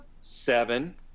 Seven